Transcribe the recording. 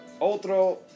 Otro